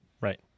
Right